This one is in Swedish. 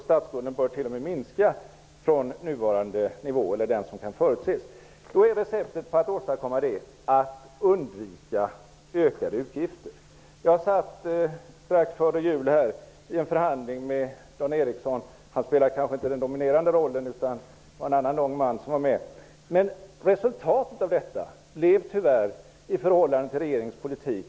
Statsskulden bör t.o.m. minska jämfört med nuvarande nivå eller den nivå som kan förutses. Receptet för att åstadkomma det är att undvika ökade utgifter. Jag satt strax före jul i en förhandling med Dan Eriksson. Han spelade kanske inte den dominerande rollen, utan det gjorde en annan lång man som var med. Resultatet blev tyvärr ökade statsutgifter i förhållande till regeringens politik.